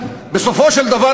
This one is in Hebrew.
בסופו של דבר,